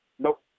Nope